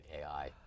AI